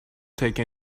take